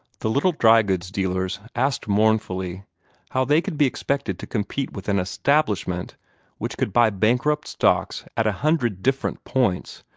the little dry-goods dealers asked mournfully how they could be expected to compete with an establishment which could buy bankrupt stocks at a hundred different points,